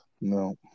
No